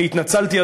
אני התנצלתי,